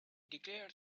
declared